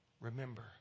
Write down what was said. Remember